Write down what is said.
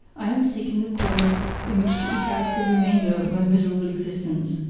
i am seeking a corner in which to eke out the remainder of my miserable existence,